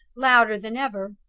louder than ever.